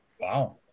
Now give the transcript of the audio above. Wow